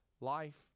Life